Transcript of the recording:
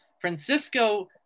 Francisco